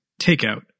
takeout